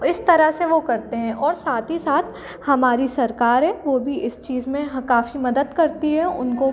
इस तरह से वो करते हैं और साथ ही साथ हमारी सरकार है वो भी इस चीज़ में काफ़ी मदद करती है उनको